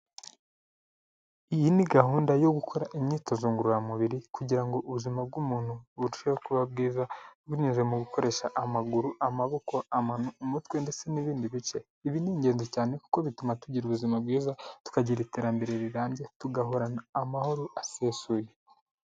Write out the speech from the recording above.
Iyi ni gahunda yo gukora imyitozo ngororamubiri kugira ngo ubuzima bw'umuntu burusheho kuba bwiza, binyuze mu gukoresha amaguru, amaboko, amano, umutwe ndetse n'ibindi bice, ibi ni ingenzi cyane kuko bituma tugira ubuzima bwiza, tukagira iterambere rirambye tugahorana amahoro asesuye.